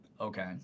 Okay